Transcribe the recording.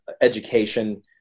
education